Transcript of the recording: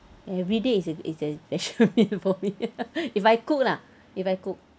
every day is a is a actually for me if I cook lah if I cook